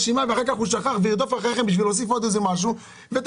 ושאחר כך הוא יצטרך לרדוף אחריכם כדי להוסיף עוד משהו כי הוא שכח?